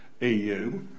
EU